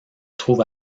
trouve